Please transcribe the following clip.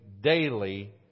daily